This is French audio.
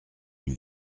une